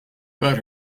but